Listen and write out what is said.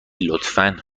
لطفا